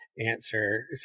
answer